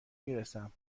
میرسم